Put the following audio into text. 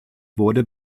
wurde